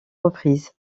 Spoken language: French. reprises